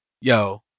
yo